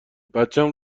بچم